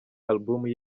album